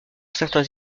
certains